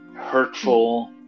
Hurtful